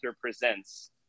presents